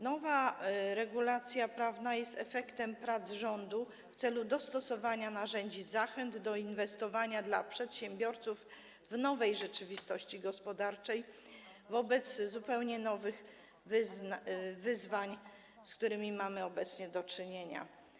Nowa regulacja prawna jest efektem prac rządu mających na celu dostosowanie narzędzi w postaci zachęt do inwestowania dla przedsiębiorców w nowej rzeczywistości gospodarczej, wobec zupełnie nowych wyzwań, z którymi mamy obecnie do czynienia.